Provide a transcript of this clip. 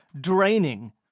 draining